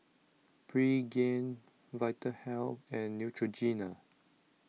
Pregain Vitahealth and Neutrogena